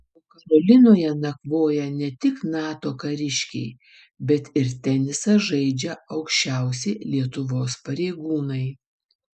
o karolinoje nakvoja ne tik nato kariškiai bet ir tenisą žaidžia aukščiausi lietuvos pareigūnai